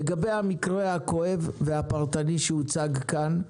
לגבי המקרה הכואב והפרטני שהוצג כאן,